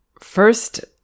First